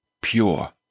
pure